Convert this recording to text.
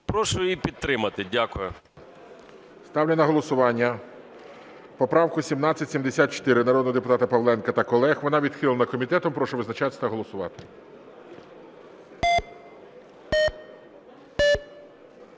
Прошу її підтримати. Дякую. ГОЛОВУЮЧИЙ. Ставлю на голосування поправку 1774 народного депутата Павленка та колег. Вона відхилена комітетом. Прошу визначатися та голосувати.